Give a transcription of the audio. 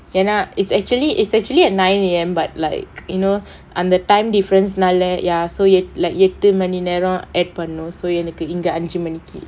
ஏன்னா:yaennaa is actually is actually at nine A_M but like you know அந்த:antha time difference னால:naala ya so like எட்டு மணி நேரம்:ettu mani neram add பண்ணும்:pannum so எனக்கு இங்க அஞ்சு மணிக்கு:enakku inga anju manikku